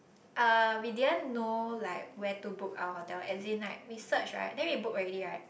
uh we didn't know like where to book our hotel as in like we search right then we book already right